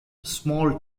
small